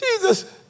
Jesus